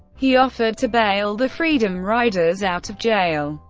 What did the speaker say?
he offered to bail the freedom riders out of jail,